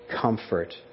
comfort